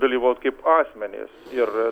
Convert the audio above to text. dalyvaut kaip asmenys ir